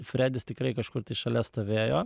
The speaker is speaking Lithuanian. fredis tikrai kažkur šalia stovėjo